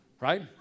right